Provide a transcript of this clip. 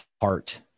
heart